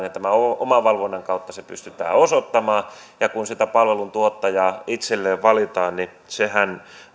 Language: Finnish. ja tämän omavalvonnan kautta se pystytään osoittamaan ja kun sitä palveluntuottajaa itselle valitaan niin sehän